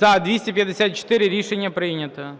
За-254 Рішення прийнято.